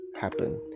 happen